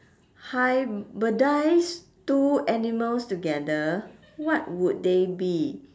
hybridise two animals together what would they be